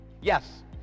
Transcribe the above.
Yes